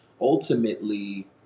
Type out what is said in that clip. ultimately